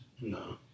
no